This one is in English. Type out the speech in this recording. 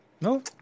No